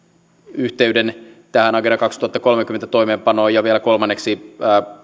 yhteyttä tähän agenda kaksituhattakolmekymmentä toimeenpanoon ja vielä kolmanneksi